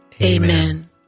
Amen